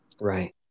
Right